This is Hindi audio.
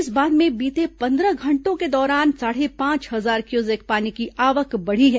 इस बांध में बीते पंद्रह घंटों के दौरान साढ़े पांच हजार क्यूसेक पानी की आवक बढ़ी है